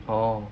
oh